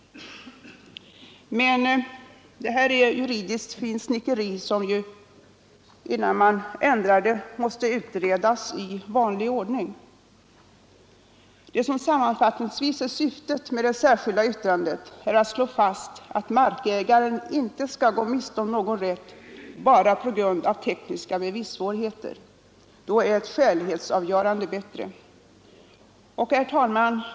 Men det här är juridiskt finsnickeri som måste utredas i vanlig ordning. Det som sammanfattningsvis är syftet med det särskilda yttrandet är att slå fast att markägaren inte skall gå miste om någon rätt bara på grund av tekniska bevissvårigheter. Då är ett skälighetsavgörande bättre. Herr talman!